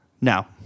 Now